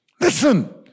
listen